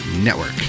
Network